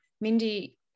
Mindy